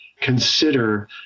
consider